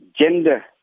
Gender